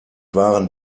waren